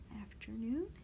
afternoon